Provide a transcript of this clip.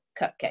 cupcake